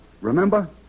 remember